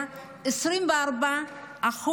24%,